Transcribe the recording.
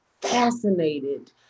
fascinated